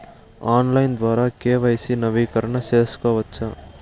Online ద్వారా KYC నవీకరణ సేసుకోవచ్చా?